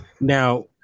Now